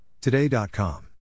Today.com